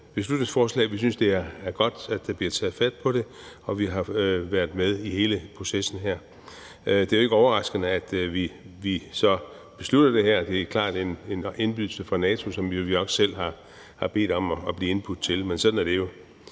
Vi synes, det er godt, at der bliver taget fat på det her, vi har været med i hele processen her, og det er jo ikke overraskende, at vi så beslutter det her. Det er klart en indbydelse fra NATO til noget, som vi ikke selv har bedt om at blive indbudt til. Men sådan er det jo.